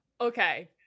Okay